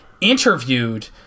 interviewed